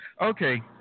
Okay